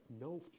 no